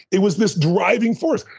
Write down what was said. it was this driving force.